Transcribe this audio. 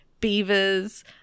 beavers